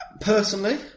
Personally